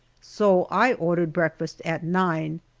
so i ordered breakfast at nine.